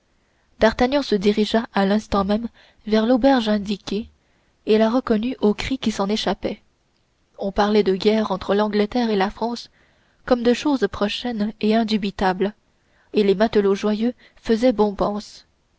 d'artagnan se dirigea à l'instant même vers l'auberge indiquée et la reconnut aux cris qui s'en échappaient on parlait de guerre entre l'angleterre et la france comme de chose prochaine et indubitable et les matelots joyeux faisaient bombance